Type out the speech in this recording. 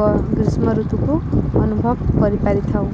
ଗ୍ରୀଷ୍ମ ଋତୁକୁ ଅନୁଭବ କରିପାରିଥାଉ